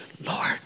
Lord